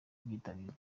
byitabirwa